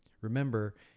Remember